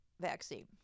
vaccine